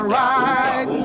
right